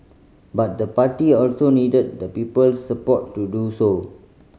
but the party also needed the people's support to do so